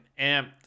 amped